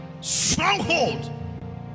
stronghold